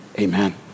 Amen